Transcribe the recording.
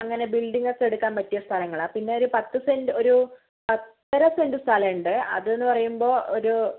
അങ്ങനെ ബിൽഡിങ് ഒക്കെ എടുക്കാൻ പറ്റിയ സ്ഥലങ്ങളാണ് പിന്നെയൊരു പത്ത് സെൻറ്റ് ഒരു പത്തര സെൻറ്റ് സ്ഥലമുണ്ട് അതെന്ന് പറയുമ്പോൾ ഒരു